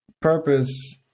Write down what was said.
purpose